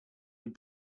had